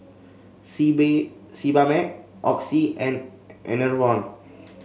Sebamed Oxy and Enervon